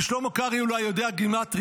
כי שלמה קרעי אולי יודע גימטרייה,